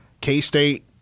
K-State